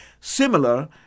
similar